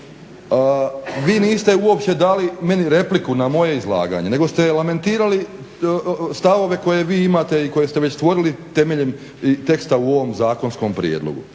vi niste uopće dali meni repliku na moje izlaganje nego ste lamentirali stavove koje vi imate i koje ste već stvorili temeljem teksta u ovom zakonskom prijedlogu.